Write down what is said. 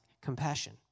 compassion